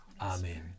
Amen